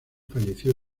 falleció